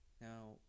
Now